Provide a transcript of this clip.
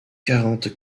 quarante